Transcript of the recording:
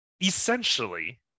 essentially